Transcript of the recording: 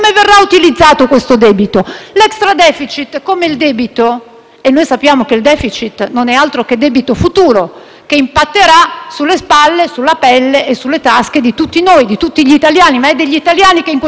Noi sappiamo che il *deficit* non è altro che debito futuro che impatterà sulle spalle, sulla pelle e sulle tasche di tutti noi, di tutti gli italiani, ed è degli italiani che in questo momento ci dobbiamo preoccupare, perché siamo qui a rappresentarli.